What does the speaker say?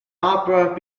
opera